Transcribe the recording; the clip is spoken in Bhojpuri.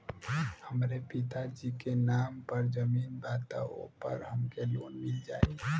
हमरे पिता जी के नाम पर जमीन बा त ओपर हमके लोन मिल जाई?